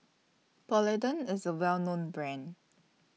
Polident IS A Well known Brand